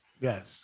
Yes